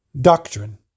Doctrine